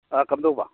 ꯑ ꯀꯝꯗꯧꯕ